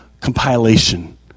compilation